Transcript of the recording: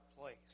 place